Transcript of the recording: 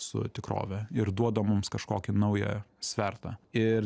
su tikrove ir duoda mums kažkokį naują svertą ir